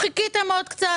חיכיתם ותחכו עוד קצת,